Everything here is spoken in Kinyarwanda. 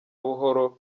buhoro